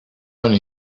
one